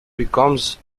becomes